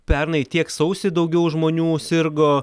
pernai tiek sausį daugiau žmonių sirgo